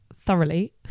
thoroughly